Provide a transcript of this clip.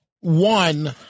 One